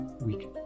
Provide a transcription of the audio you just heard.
week